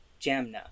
Jamna